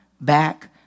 back